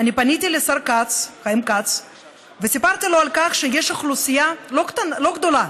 פניתי לשר חיים כץ וסיפרתי לו על כך שיש אוכלוסייה לא גדולה,